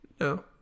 No